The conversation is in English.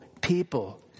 people